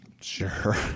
Sure